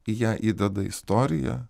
į ją įdeda istoriją